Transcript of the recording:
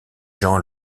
jean